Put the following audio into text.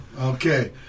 okay